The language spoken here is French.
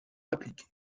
appliquée